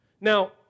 Now